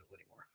anymore